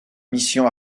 mission